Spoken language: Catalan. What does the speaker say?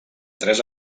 tres